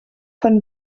von